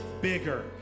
bigger